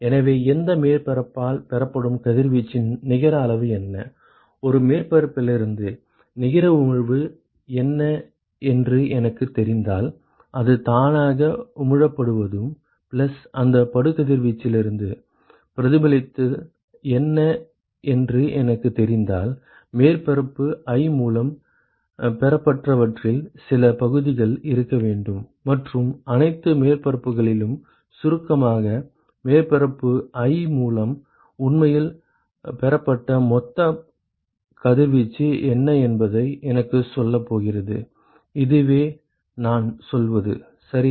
எனவே எந்த மேற்பரப்பால் பெறப்படும் கதிர்வீச்சின் நிகர அளவு என்ன ஒரு மேற்பரப்பிலிருந்து நிகர உமிழ்வு என்ன என்று எனக்குத் தெரிந்தால் அது தானாக உமிழப்படுவதும் பிளஸ் அந்த படுகதிர்வீச்சுலிருந்து பிரதிபலித்தது என்ன என்று எனக்குத் தெரிந்தால் மேற்பரப்பு i மூலம் பெறப்பட்டவற்றில் சில பகுதிகள் இருக்க வேண்டும் மற்றும் அனைத்து மேற்பரப்புகளிலும் சுருக்கமாக மேற்பரப்பு i மூலம் உண்மையில் பெறப்பட்ட மொத்த கதிர்வீச்சு என்ன என்பதை எனக்குச் சொல்லப் போகிறது இதுவே நான் சொல்வது சரியா